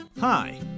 Hi